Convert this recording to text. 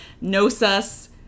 no-sus